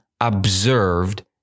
observed